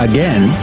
Again